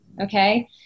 Okay